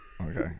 Okay